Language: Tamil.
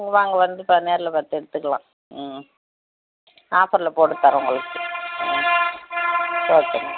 வாங்க வந்து பார்த்து நேரில் பார்த்து எடுத்துக்கலாம் ம் ஆஃபரில் போட்டு தரேன் உங்களுக்கு ம் ஓகே